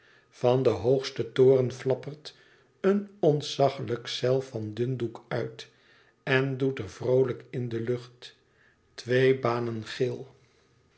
van den hoogsten toren flappert een ontzachelijk zeil van dundoek uit en doet er vroolijk in de lucht twee banen geel